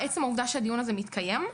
עצם העובדה שהדיון הזה מתקיים,